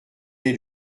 est